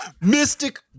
mystic